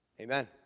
Amen